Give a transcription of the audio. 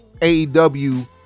AEW